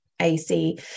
AC